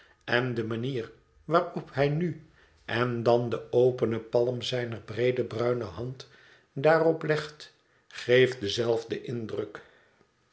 en de manier waarop hij nu en dan de opene palm zijner breede bruine hand daarop legt geeft denzelfden indruk